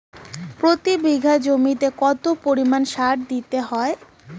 প্রতি বিঘা জমিতে কত পরিমাণ সার দিতে হয়?